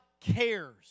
cares